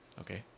Okay